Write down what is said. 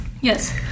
yes